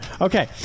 Okay